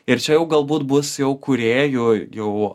ir čia jau galbūt bus jau kūrėjų jau